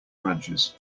branches